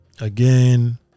Again